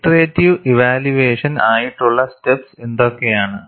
iterative evaluation ആയിട്ടുള്ള steps എന്തൊക്കെയാണ്